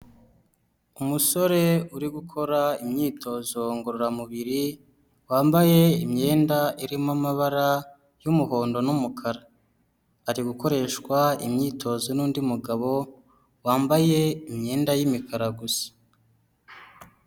Umusore uri gukora imyitozo ngororamubiri, wambaye imyenda irimo amabara y'umuhondo n'umukara, ari gukoreshwa imyitozo n'undi mugabo wambaye imyenda y'imikara gusa.